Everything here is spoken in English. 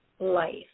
life